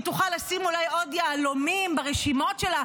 היא תוכל אולי לשים עוד יהלומים ברשימות שלה,